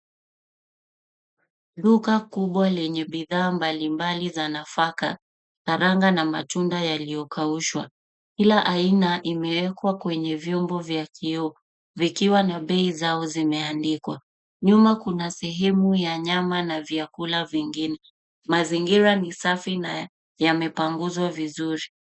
Duka kubwa lenye bidhaa mbalimbali za nafaka, karanga na matunda yaliyokaushwa. Kila aina imewkwa kwenye vyombo vya kioo vikiwa na bei zao zimeandikwa. Nyuma kuna sehemu ya nyama na vyakula vingine. Mazingira ni safi na yamepanguzwa vizuri.